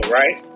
right